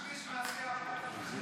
שליש מהסיעה פה.